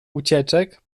ucieczek